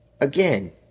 again